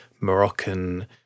Moroccan